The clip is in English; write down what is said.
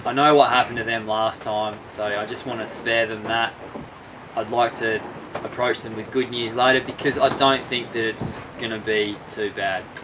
ah know what happened to them last time so yeah i just want to spare them that i'd like to approach them with good news later because i don't think that it's gonna be too bad